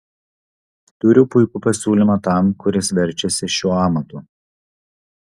turiu puikų pasiūlymą tam kuris verčiasi šiuo amatu